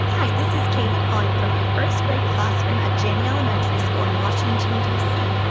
hi, this is katie, calling from my first-grade classroom at janney elementary school in washington, d c.